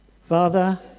Father